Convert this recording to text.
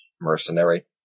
mercenary